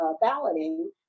balloting